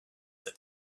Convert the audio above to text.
that